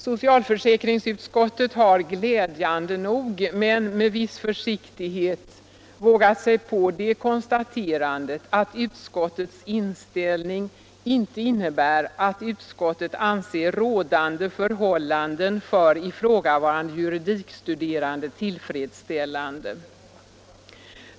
Socialförsäkringsutskottet har glädjande nog men med viss försiktighet vågat sig på det konstaterandet att utskottets inställning inte innebär ”att utskottet anser rådande förhållanden för ifrågavarande juridikstuderande tillfredsställande”.